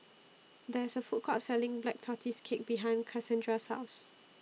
There IS A Food Court Selling Black Tortoise Cake behind Kasandra's House